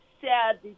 Sad